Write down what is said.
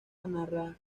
narra